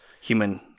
human